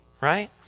right